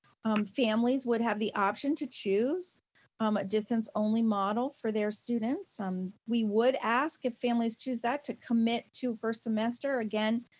families would have the option to choose um ah distance only model for their students. we would ask if families choose that to commit to first semester. again,